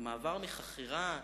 המעבר מחכירה לבעלות,